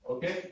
Okay